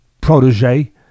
protege